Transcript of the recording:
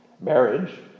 Marriage